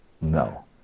No